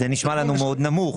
זה נשמע לנו מאוד נמוך.